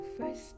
first